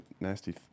nasty